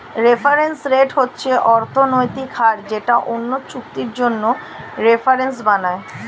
reference rate হচ্ছে অর্থনৈতিক হার যেটা অন্য চুক্তির জন্য রেফারেন্স বানায়